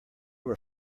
were